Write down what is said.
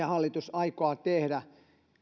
hallitus aikoo tehdä